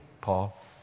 Paul